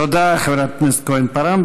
תודה, חברת הכנסת כהן-פארן.